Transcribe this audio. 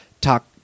Talk